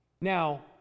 Now